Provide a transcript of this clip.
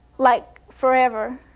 like forever.